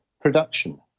production